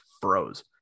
froze